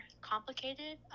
complicated